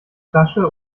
flasche